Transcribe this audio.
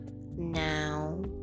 now